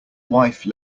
wife